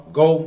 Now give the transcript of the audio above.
go